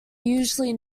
usually